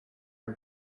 her